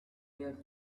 live